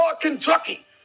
Kentucky